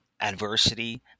adversity